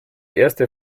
erste